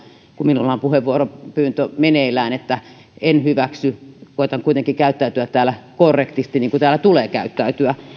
kun minulla on puheenvuoropyyntö meneillään että en hyväksy koetan kuitenkin käyttäytyä täällä korrektisti niin kuin täällä tulee käyttäytyä